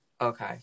Okay